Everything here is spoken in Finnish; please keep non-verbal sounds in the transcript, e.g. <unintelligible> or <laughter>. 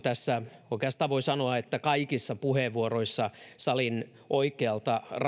<unintelligible> tässä oikeastaan voi sanoa että kaikissa puheenvuoroissa salin oikealta